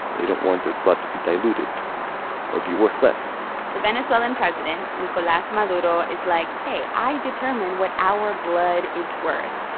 they don't want their blood to be diluted or be worthless the venezuelan president, nicolas maduro, is like, hey, i determine what our blood is worth.